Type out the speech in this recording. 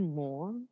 more